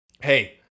Hey